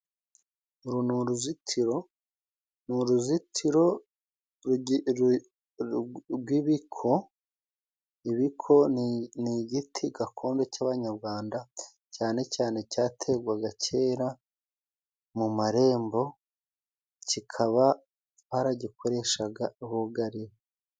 Uru ni uruzitiro ni uruzitiro rw'ibiko, ibiko ni igiti gakondo cy'abanyarwanda cyane cyane, cyaterwaga kera mu marembo kikaba baragikoreshaga bugarira.